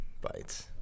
Bites